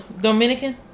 Dominican